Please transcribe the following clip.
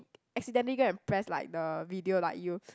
accidentally go and press like the video like you